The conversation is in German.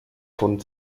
von